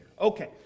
okay